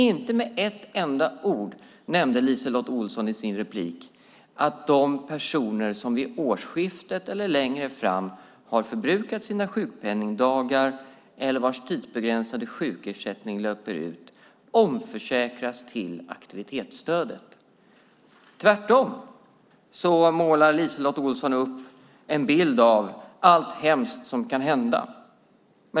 Inte med ett enda ord nämnde LiseLotte Olsson i sin replik att de personer som vid årsskiftet eller längre fram har förbrukat sina sjukpenningdagar eller vars tidsbegränsade sjukersättning löper ut omförsäkras till aktivitetsstödet. Tvärtom målar LiseLotte Olsson upp en bild av allt hemskt som kan hända.